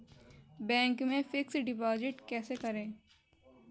Bank में fix deposit कैसे करें?